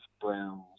browns